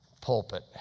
pulpit